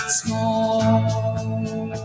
small